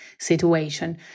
situation